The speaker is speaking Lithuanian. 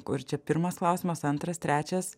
kur čia pirmas klausimas antras trečias